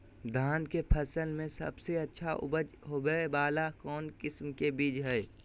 धान के फसल में सबसे अच्छा उपज होबे वाला कौन किस्म के बीज हय?